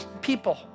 people